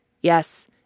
yes